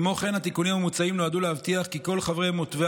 כמו כן התיקונים המוצעים נועדו להבטיח כי כל חברי מותבי